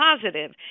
positive